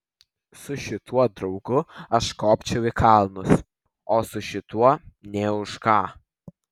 su šituo draugu aš kopčiau į kalnus o su šituo nė už ką